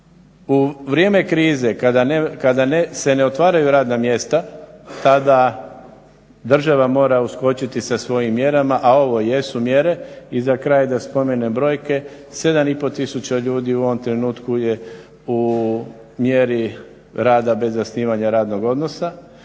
U vrijeme krize kada se ne otvaraju radna mjesta tada država mora uskočiti sa svojim mjerama, a ovo jesu mjere. I za kraj da spomenem brojke, 7,5 tisuća ljudi u ovom trenutku je u mjeri rada bez zasnivanja radnog odnosa,